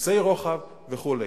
וקיצוצי רוחב וכו'.